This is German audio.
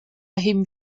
erheben